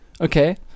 Okay